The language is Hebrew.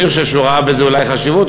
אני חושב שהוא ראה בזה אולי חשיבות,